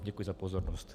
Děkuji za pozornost.